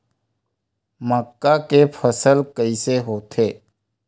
मक्का के फसल कइसे होथे?